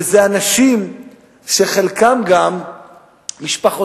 ואלה אנשים שחלקם גם משפחותיהם